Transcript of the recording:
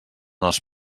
els